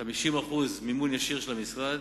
50% מימון ישיר של המשרד